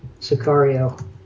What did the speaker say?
Sicario